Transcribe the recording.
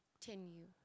continue